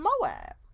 Moab